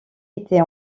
était